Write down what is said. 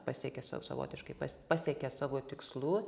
pasiekė sau savotiškai pasiekė savo tikslų